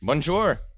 Bonjour